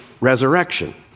resurrection